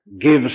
gives